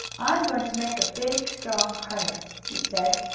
i'm going to make a big, strong harness, he said,